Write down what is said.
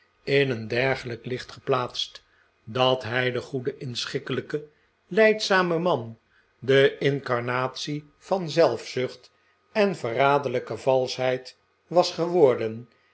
in een dergelijk licht geplaatst dat hij de goede inschikkelijke lijdzame man de ihcarnatie van zelfzucht en verraderlijke valschheid was geworden